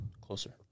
Closer